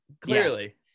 Clearly